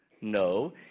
No